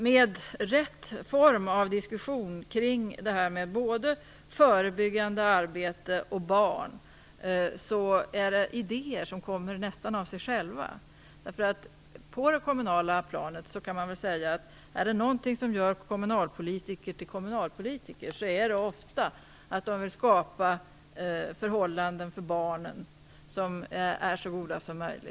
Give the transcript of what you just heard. Med rätt form av diskussion kring det här med både förebyggande arbete och barn tror jag att idéerna kommer nästan av sig själva. Är det någonting som gör kommunalpolitiker till kommunalpolitiker så är det ofta att de vill skapa så goda förhållanden som möjligt för barnen.